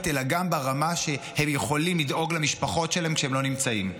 אלא גם ברמה שהם יכולים לדאוג למשפחות שלהם כשהם לא נמצאים,